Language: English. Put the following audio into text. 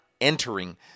entering